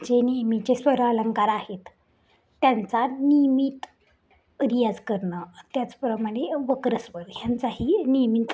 जे नेहमीचे स्वर अलंकार आहेत त्यांचा नियमित रियाज करणं त्याचप्रमाणे वक्र स्वर ह्यांचाही नियमित